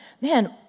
Man